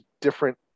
different